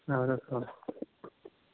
اَدٕ حظ تھَو